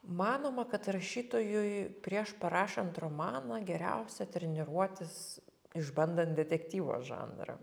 manoma kad rašytojui prieš parašant romaną geriausia treniruotis išbandant detektyvo žanrą